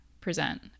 present